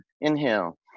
Inhale